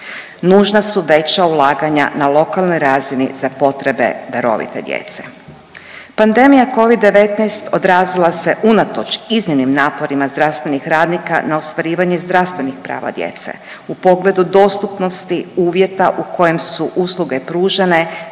Nužna su veća ulaganja na lokalnoj razini za potrebe darovite djece. Pandemija covid-19 odrazila se unatoč iznimnim naporima zdravstvenih radnika na ostvarivanje zdravstvenih prava djece u pogledu dostupnosti uvjeta u kojem su usluge pružene,